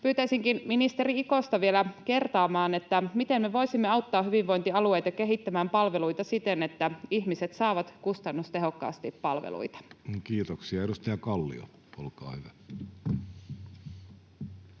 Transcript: Pyytäisinkin ministeri Ikosta vielä kertaamaan, että miten me voisimme auttaa hyvinvointialueita kehittämään palveluita siten, että ihmiset saavat kustannustehokkaasti palveluita. Kiitoksia. — Edustaja Kallio, olkaa hyvä.